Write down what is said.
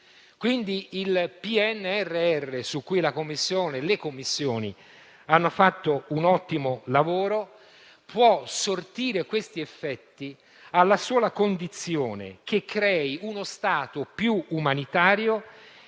Pertanto il PNRR, su cui le Commissioni riunite 5a e 14a hanno fatto un ottimo lavoro, può sortire questi effetti alla sola condizione che crei uno Stato più umanitario